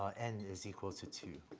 ah n is equal to two,